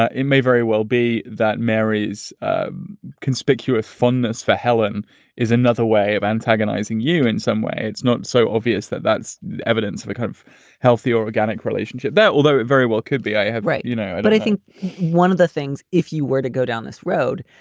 ah it may very well be that mary's conspicuous fondness for helen is another way of antagonizing you in some way. it's not so obvious that that's evidence of a kind of healthy organic relationship that although it very well could be, i have. right, you know but i think one of the things, if you were to go down this road